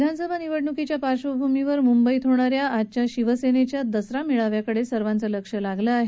विधानसभा निवडणुकीच्या पार्श्वभूमीवर मुंबईत होणा या आजच्या शिवसेना दसरा मेळाव्याकडे सर्वाचे लक्ष लागलं आहे